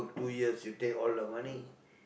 two years you take all the money